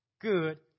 good